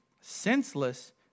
senseless